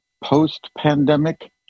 post-pandemic